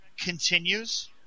continues